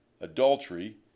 adultery